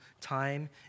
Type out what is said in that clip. time